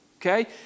Okay